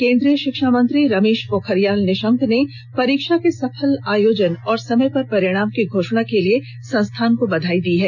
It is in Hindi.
केन्द्रीय शिक्षा मंत्री रमेश पोखरियाल निशंक ने परीक्षा के सफल आयोजन और समय पर परिणाम की घोषणा के लिए संस्थान को बधाई दी है